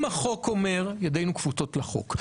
אם החוק אומר ידינו כפותות לחוק.